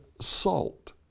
salt